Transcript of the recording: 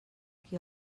qui